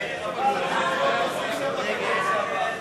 ההצעה להסיר מסדר-היום את הצעת חוק-יסוד: השפיטה (תיקון,